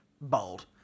bold